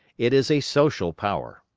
it is a social power.